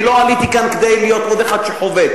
אני לא עליתי כאן כדי להיות עוד אחד שחובט,